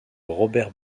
robert